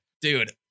dude